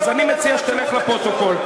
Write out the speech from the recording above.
אז אני מציע שתלך לפרוטוקול.